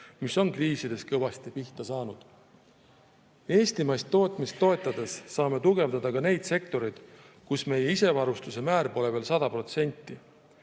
mis on kriisides kõvasti pihta saanud. Eestimaist tootmist toetades saame tugevdada ka neid sektoreid, kus isevarustatuse määr pole veel 100%.